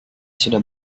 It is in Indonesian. sudah